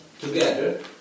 together